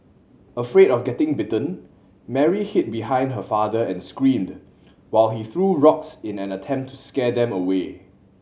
afraid of getting bitten Mary hid behind her father and screamed while he threw rocks in an attempt to scare them away